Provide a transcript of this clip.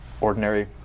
ordinary